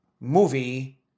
movie